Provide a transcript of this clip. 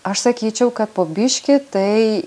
aš sakyčiau kad po biškį tai